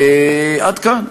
עד כאן.